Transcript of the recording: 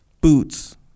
Boots